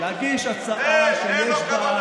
להגיש הצעה שיש בה,